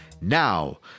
Now